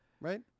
Right